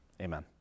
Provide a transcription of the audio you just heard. Amen